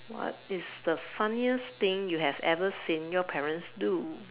what is the funniest thing you have ever seen your parents do